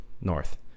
north